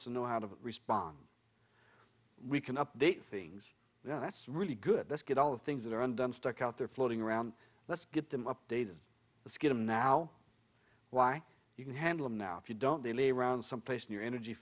know how to respond we can update things that's really good let's get all the things that are on done stick out there floating around let's get them updated let's get him now why you can handle him now if you don't they round some place in your energy